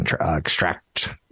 extract